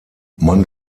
man